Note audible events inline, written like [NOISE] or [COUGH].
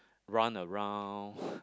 run around [BREATH]